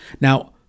now